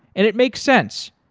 and it makes sense.